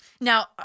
Now